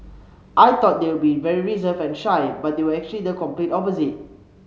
I thought they would be very reserved and shy but they were actually the complete opposite